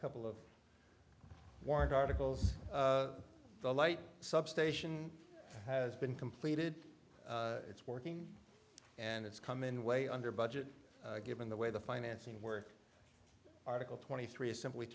couple of warrant articles the light substation has been completed it's working and it's come in way under budget given the way the financing work article twenty three simply